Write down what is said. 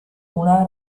una